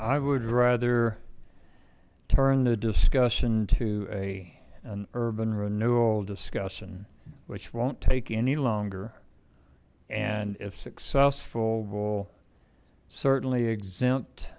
i would rather turn the discussion to a an urban renewal discussion which won't take any longer and if successful will certainly exempt